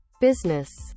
business